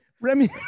Remy